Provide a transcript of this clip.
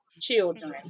children